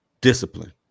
discipline